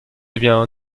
devient